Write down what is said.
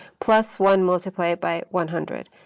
plus one multiplied by one hundred,